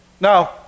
Now